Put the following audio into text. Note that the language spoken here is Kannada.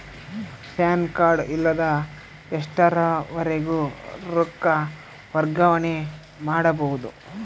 ಪ್ಯಾನ್ ಕಾರ್ಡ್ ಇಲ್ಲದ ಎಷ್ಟರವರೆಗೂ ರೊಕ್ಕ ವರ್ಗಾವಣೆ ಮಾಡಬಹುದು?